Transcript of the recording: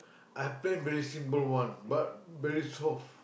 I paint very simple [one] but very soft